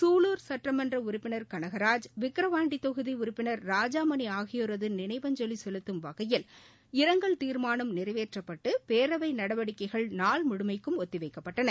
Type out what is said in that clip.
சூலர் சுட்டமன்ற உறுப்பினர் கனகராஜ் விக்கிரவாண்டி தொகுதி உறுப்பினர் ராஜாமணி ஆகியோரது நினைவுக்கு அஞ்சலி செலுத்தும் வகையில் இரங்கல் தீர்மானம் நிறைவேற்றப்பட்டு பேரவை நடவடிக்கைகள் நாள் முழுமைக்கும் ஒத்திவைக்கப்பட்டன